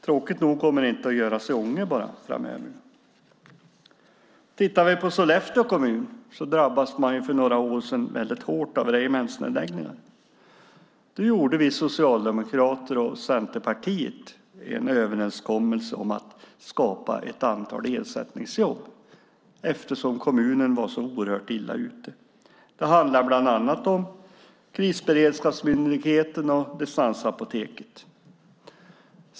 Tråkigt nog kommer det inte att göras i Ånge framöver. Tittar vi på Sollefteå kommun ser vi att den för några år sedan drabbades väldigt hårt av regementsnedläggning. Då gjorde vi socialdemokrater och Centerpartiet en överenskommelse om att skapa ett antal ersättningsjobb, eftersom kommunen var så oerhört illa ute. Det handlade bland annat om Krisberedskapsmyndigheten och distansapoteket.